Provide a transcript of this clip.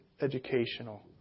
educational